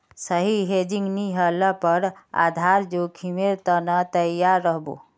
सही हेजिंग नी ह ल पर आधार जोखीमेर त न तैयार रह बो